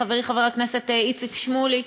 חברי חבר הכנסת איציק שמולי,